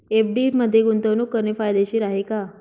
FD मध्ये गुंतवणूक करणे फायदेशीर आहे का?